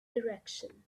direction